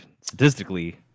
statistically